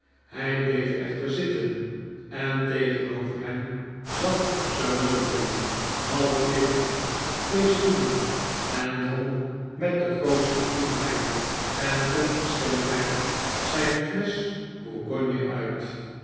hij bleef echter zitten en tegen'over hem zat sir mulberry half liggend op twee stoelen en dronk met de grootste koelheid en onverschilligheid zijn flesch bourgogne uit